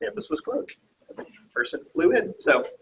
and was was close person fluid. so,